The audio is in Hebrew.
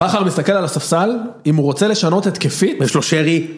- בכר מסתכל על הספסל, אם הוא רוצה לשנות התקפית? - יש לו שרי...